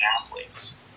athletes